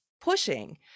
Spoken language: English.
pushing